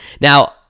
Now